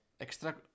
extra